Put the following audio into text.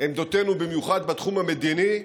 בעמדותינו, במיוחד בתחום המדיני,